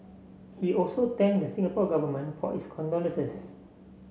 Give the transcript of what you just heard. he also thank the Singapore Government for its condolences